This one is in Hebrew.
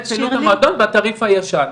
המועדון בתעריף הישן.